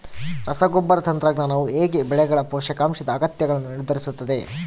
ರಸಗೊಬ್ಬರ ತಂತ್ರಜ್ಞಾನವು ಹೇಗೆ ಬೆಳೆಗಳ ಪೋಷಕಾಂಶದ ಅಗತ್ಯಗಳನ್ನು ನಿರ್ಧರಿಸುತ್ತದೆ?